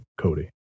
Cody